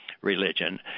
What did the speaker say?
religion